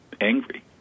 angry